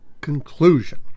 conclusion